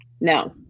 No